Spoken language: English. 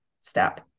step